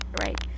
right